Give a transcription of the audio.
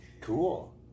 Cool